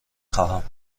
خواهم